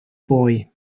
boy